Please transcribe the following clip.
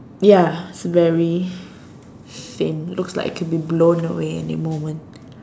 ya it's very faint looks like it could be blown away any moment